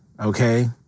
okay